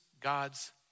God's